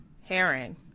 herring